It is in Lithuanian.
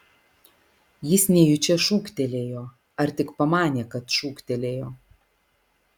jis nejučia šūktelėjo ar tik pamanė kad šūktelėjo